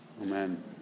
Amen